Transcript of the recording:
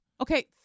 Okay